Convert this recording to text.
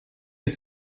ist